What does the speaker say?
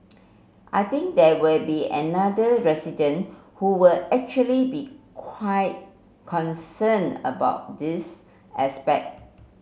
I think there will be another resident who will actually be quite concerned about this aspect